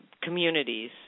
communities